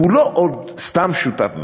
הוא לא עוד סתם שותף בממשלה,